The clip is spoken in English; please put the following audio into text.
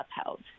upheld